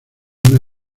una